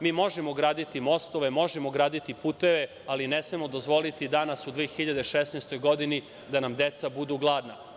Mi možemo graditi mostove, možemo graditi puteve, ali ne smemo dozvoliti danas, u 2016. godini, da nam deca budu gladna.